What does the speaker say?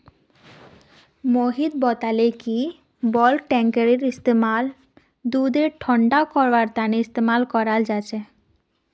मोहित बताले कि बल्क टैंककेर इस्तेमाल दूधक ठंडा करवार तने इस्तेमाल कराल जा छे